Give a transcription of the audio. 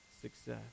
Success